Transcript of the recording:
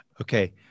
Okay